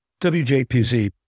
WJPZ